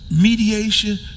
Mediation